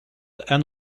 and